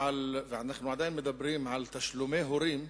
ואנו עדיין מדברים, על תשלומי הורים,